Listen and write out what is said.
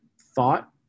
thought